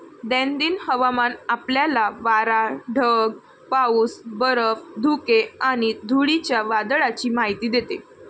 दैनंदिन हवामान आपल्याला वारा, ढग, पाऊस, बर्फ, धुके आणि धुळीच्या वादळाची माहिती देते